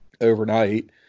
overnight